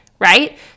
right